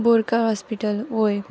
Borkar hospital ओय